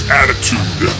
attitude